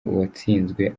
uwatsinzwe